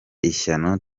ishyano